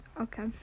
Okay